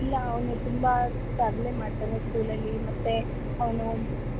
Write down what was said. ಇಲ್ಲ ಅವನು ತುಂಬ ತರಲೆ ಮಾಡ್ತಾನೆ ಸ್ಕೂಲಲ್ಲಿ ಮತ್ತು ಅವನು